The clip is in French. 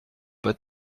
pas